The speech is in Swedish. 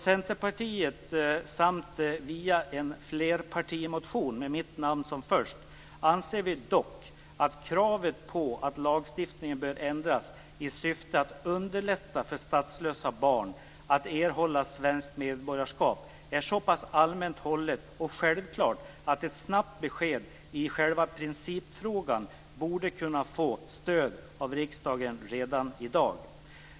Centerpartiet anser dock - och det framgår även i en flerpartimotion med mitt namn som förstanamn - att kravet på att lagstiftningen bör ändras i syfte att underlätta för statslösa barn att erhålla svenskt medborgarskap är så pass allmänt hållet och självklart att ett snabbt besked i principfrågan borde kunna få stöd av riksdagen redan i dag.